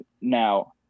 Now